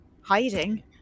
hiding